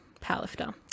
powerlifter